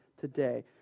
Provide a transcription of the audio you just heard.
today